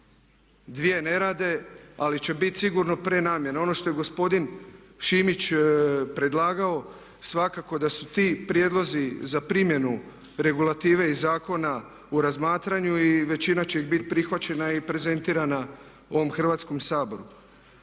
Dvije ne rade ali će biti sigurno prenamjena. Ono što je gospodin Šimić predlagao, svakako da su ti prijedlozi za primjenu regulative iz zakona u razmatranju i većina će ih biti prihvaćena i prezentirana u ovom Hrvatskom saboru.